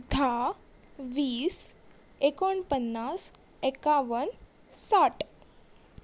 धा वीस एकुण पन्नास एकावन साठ